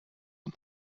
und